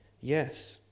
yes